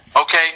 okay